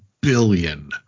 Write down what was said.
billion